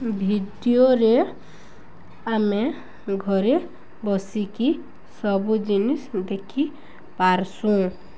ଭିଡ଼ିଓରେ ଆମେ ଘରେ ବସିକି ସବୁ ଜିନିଷ୍ ଦେଖି ପାରସୁଁ